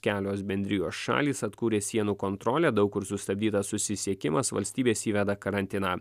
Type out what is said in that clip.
kelios bendrijos šalys atkūrė sienų kontrolę daug kur sustabdytas susisiekimas valstybės įveda karantiną